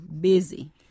busy